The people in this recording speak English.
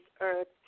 earth